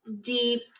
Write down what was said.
deep